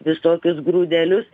visokius grūdelius